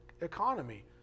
economy